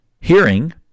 hearing